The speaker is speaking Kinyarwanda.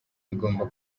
igomba